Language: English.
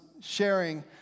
sharing